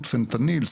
פנטניל,